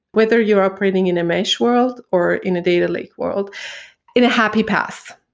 whether you're operating in a mesh world or in a data lake world in a happy path.